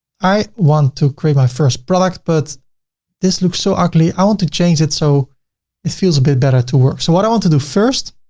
i want to create my first product, but this looks so ugly. i want to change it so it feels a bit better to work. so what i want to do first,